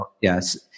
Yes